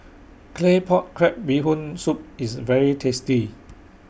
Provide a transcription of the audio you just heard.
Claypot Crab Bee Hoon Soup IS very tasty